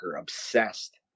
obsessed